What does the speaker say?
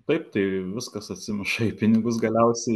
taip tai viskas atsimuša į pinigus galiausiai